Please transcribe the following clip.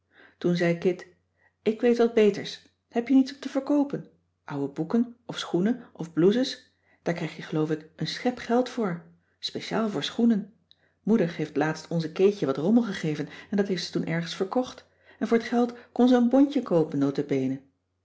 toen zei kit ik weet wat beters heb je niets om te verkoopen ouwe boeken of schoenen of blouses daar krijg je geloof ik een schep geld voor speciaal voor schoenen moeder heeft laatst onze keetje wat rommel gegeven en dat heeft ze toen ergens verkocht en voor t geld kon ze een bontje koopen